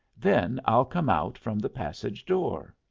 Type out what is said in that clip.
then i'll come out from the passage-door.